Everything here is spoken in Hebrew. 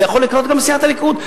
זה יכול לקרות גם לסיעת הליכוד.